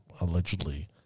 allegedly